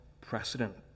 precedent